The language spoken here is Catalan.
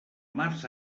març